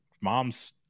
mom's